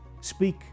Speak